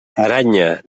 aranya